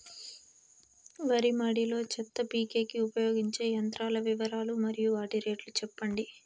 వరి మడి లో చెత్త పీకేకి ఉపయోగించే యంత్రాల వివరాలు మరియు వాటి రేట్లు చెప్పండి?